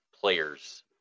players